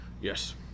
Yes